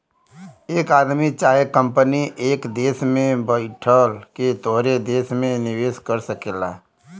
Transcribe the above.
एक आदमी चाहे कंपनी एक देस में बैइठ के तोहरे देस मे निवेस कर सकेला